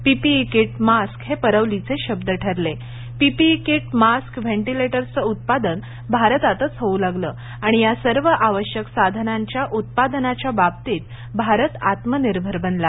PPE kit mask हे परवलीचे शब्द ठरले पीपीई कीट मास्क व्हेंटीलेटर्सचं उत्पादन भारतातच होऊ लागलं आणि या सर्व आवश्यक साधनांच्या उत्पादनाच्या बाबतीत भारत आत्मनिर्भर बनला